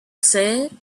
said